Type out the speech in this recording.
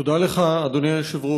תודה לך, אדוני היושב-ראש.